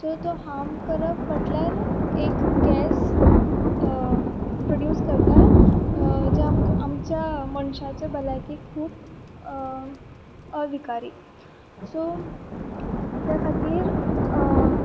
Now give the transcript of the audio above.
so तें हाम करप म्हटल्यार एक गॅस प्रोड्यूस करता ज्या आमच्या मनशाच्या बलायकेक खूब अविकारी सो त्या खातीर